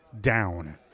down